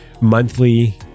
monthly